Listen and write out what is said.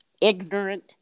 ignorant